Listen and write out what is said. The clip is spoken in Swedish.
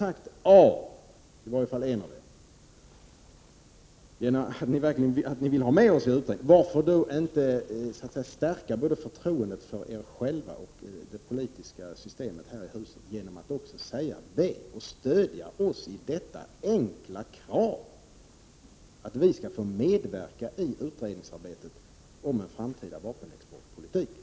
30 november 1988 Nu har en av er sagt A, dvs. att vi bör vara medi utredningen, varför då inte = 7. =. 4, stärka förtroendet för både er själva och det politiska systemet i huset genom att också säga B. Det betyder alltså att ni stöder vårt enkla krav på att vi skall få medverka i utredningsarbetet om en framtida vapenexportpolitik.